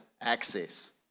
access